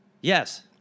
Yes